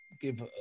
give